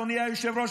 אדוני היושב-ראש,